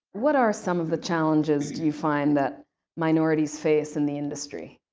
what are some of the challenges you find that minorities face in the industry?